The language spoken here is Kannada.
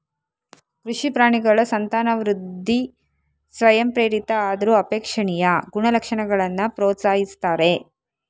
ಕೃಷಿ ಪ್ರಾಣಿಗಳ ಸಂತಾನವೃದ್ಧಿ ಸ್ವಯಂಪ್ರೇರಿತ ಆದ್ರೂ ಅಪೇಕ್ಷಣೀಯ ಗುಣಲಕ್ಷಣಗಳನ್ನ ಪ್ರೋತ್ಸಾಹಿಸ್ತಾರೆ